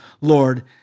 Lord